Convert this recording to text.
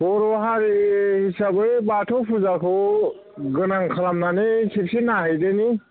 बर' हारि हिसाबै बाथौ फुजाखौ गोनां खालामनानै खेबसे नायहैदोनि